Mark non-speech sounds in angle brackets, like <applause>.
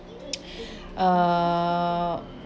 <noise> <breath> uh